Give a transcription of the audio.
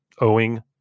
owing